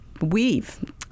weave